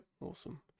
Awesome